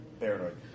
paranoid